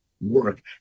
work